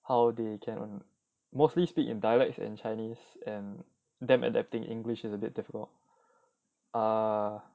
how they can mostly speak in dialects and chinese and them adapting english is a bit difficult ah